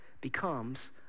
becomes